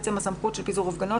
בעצם הסמכות של פיזור הפגנות,